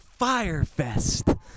Firefest